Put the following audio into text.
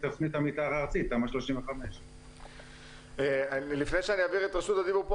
תוכנית המתאר הארצית תמ"א 35. לפני שאעביר את רשות הדיבור,